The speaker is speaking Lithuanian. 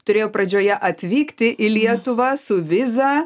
turėjo pradžioje atvykti į lietuvą su viza